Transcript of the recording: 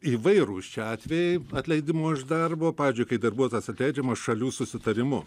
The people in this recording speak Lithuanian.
įvairūs čia atvejai atleidimo iš darbo pavyzdžiui kai darbuotojas atleidžiamas šalių susitarimu